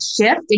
shift